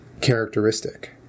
characteristic